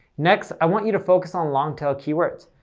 next, i want you to focus on long-tail keywords.